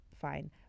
fine